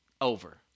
over